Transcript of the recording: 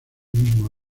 mismo